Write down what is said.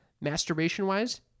masturbation-wise